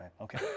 Okay